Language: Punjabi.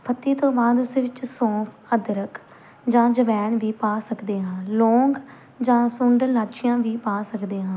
ਪੱਤੀ ਤੋਂ ਬਾਅਦ ਉਸ ਵਿੱਚ ਸੌਂਫ ਅਦਰਕ ਜਾਂ ਅਜਵੈਣ ਵੀ ਪਾ ਸਕਦੇ ਹਾਂ ਲੌਂਗ ਜਾਂ ਸੁੰਡ ਇਲਾਚੀਆਂ ਵੀ ਪਾ ਸਕਦੇ ਹਾਂ